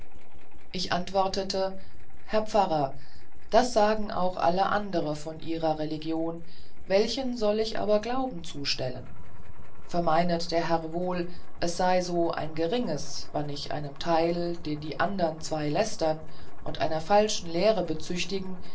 ich antwortete herr pfarrer das sagen auch alle andere von ihrer religion welchen soll ich aber glauben zustellen vermeinet der herr wohl es sei so ein geringes wann ich einem teil den die andern zwei lästern und einer falschen lehre bezüchtigen